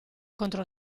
contro